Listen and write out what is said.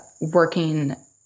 working